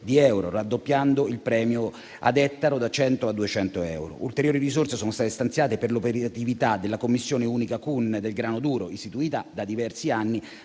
di euro, raddoppiando il premio ad ettaro da 100 a 200 euro. Ulteriori risorse sono state stanziate per l'operatività della commissione unica nazionale (CUN) del grano duro, istituita da diversi anni,